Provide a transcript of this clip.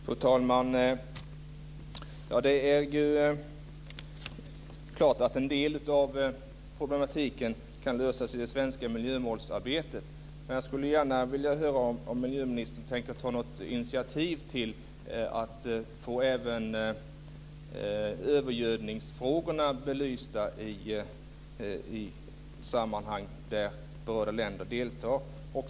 Fru talman! Det är klart att en del av problematiken kan lösas i det svenska miljömålsarbetet. Men jag skulle gärna vilja höra om miljöministern tänker ta något initiativ för att få även övergödningsfrågorna belysta i sammanhang där berörda länder deltar.